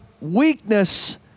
weakness